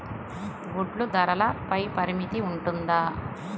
గుడ్లు ధరల పై పరిమితి ఉంటుందా?